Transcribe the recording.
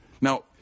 Now